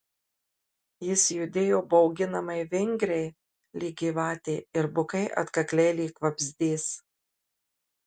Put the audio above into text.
jis judėjo bauginamai vingriai lyg gyvatė ir bukai atkakliai lyg vabzdys